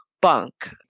bunk